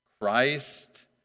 Christ